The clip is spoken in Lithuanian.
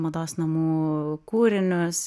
mados namų kūrinius